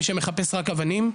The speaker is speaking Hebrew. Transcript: מי שמחפש רק אבנים?